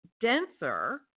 denser